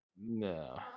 No